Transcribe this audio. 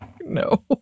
No